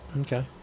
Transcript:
Okay